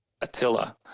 Attila